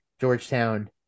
Georgetown